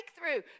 breakthrough